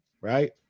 right